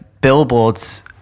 billboards